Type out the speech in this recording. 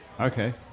Okay